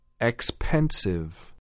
Expensive